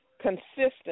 consistent